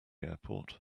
airport